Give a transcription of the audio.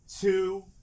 two